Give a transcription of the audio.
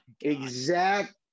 exact